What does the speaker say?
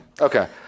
Okay